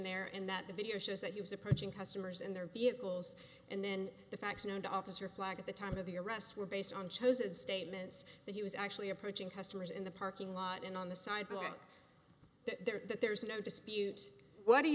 there in that the video shows that he was approaching customers in their vehicles and then the facts known to officer flag at the time of the arrest were based on chosen statements that he was actually approaching customers in the parking lot and on the sidewalk there's no dispute what he